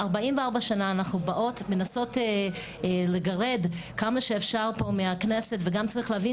44 שנים אנחנו באות ומנסות לגרד כמה שאפשר פה מהכנסת וגם צריך להבין